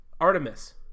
Artemis